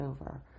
over